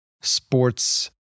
sports